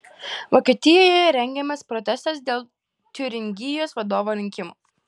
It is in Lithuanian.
vokietijoje rengiamas protestas dėl tiuringijos vadovo rinkimų